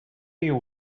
you